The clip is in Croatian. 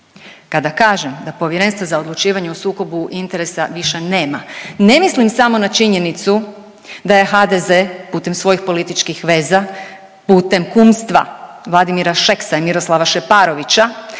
Kada kažem da Povjerenstva za odlučivanje o sukobu interesa više nema, ne mislim samo na činjenicu da je HDZ putem svojih političkih veza, putem kumstva Vladimira Šeksa i Miroslava Šeparovića,